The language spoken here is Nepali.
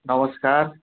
नमस्कार